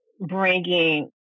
bringing